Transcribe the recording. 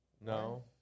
No